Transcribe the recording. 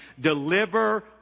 deliver